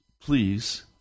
Please